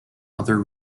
other